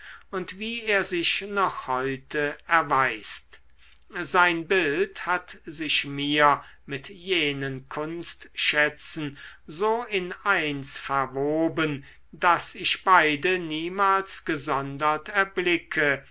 und wie er sich noch heute erweist sein bild hat sich mir mit jenen kunstschätzen so in eins verwoben daß ich beide niemals gesondert erblicke